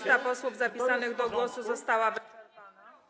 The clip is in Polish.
Lista posłów zapisanych do głosu została wyczerpana.